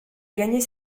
gagner